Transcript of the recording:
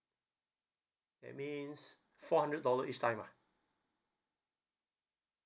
that means four hundred dollar each time ah